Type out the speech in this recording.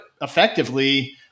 effectively